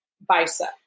bicep